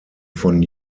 von